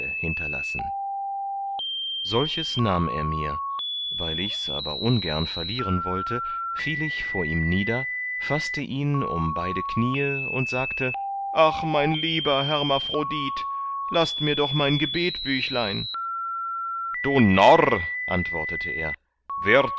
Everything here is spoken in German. hinterlassen solches nahm er mir weil ichs aber ungern verlieren wollte fiel ich vor ihm nieder faßte ihn um beide kniee und sagte ach mein lieber hermaphrodit laßt mir doch mein gebetbüchlein du narr antwortete er